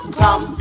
come